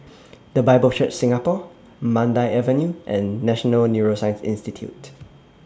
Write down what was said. The Bible Church Singapore Mandai Avenue and National Neuroscience Institute